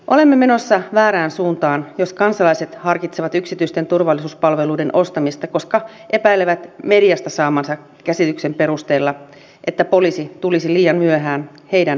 olemme menossa väärään suuntaan jos kansalaiset harkitsevat yksityisten turvallisuuspalveluiden ostamista koska epäilevät mediasta saamansa käsityksen perusteella että poliisi tulisi liian myöhään heidän avukseen